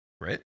Right